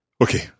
Okay